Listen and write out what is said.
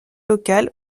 locale